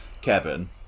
Kevin